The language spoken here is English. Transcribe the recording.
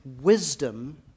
wisdom